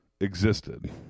existed